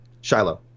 Shiloh